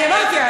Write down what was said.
אני הבנתי.